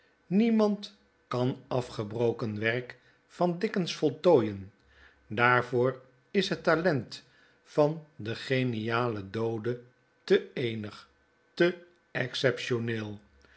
niemand kanafgebroken werk van dickens voltooien daarvoor is het talent van den genialen doode te eenig te exceptioneel